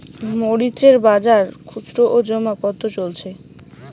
মরিচ এর বাজার খুচরো ও জমা কত চলছে?